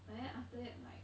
but then after that like